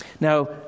Now